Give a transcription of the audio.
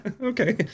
okay